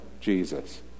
Jesus